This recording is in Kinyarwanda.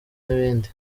n’ibindi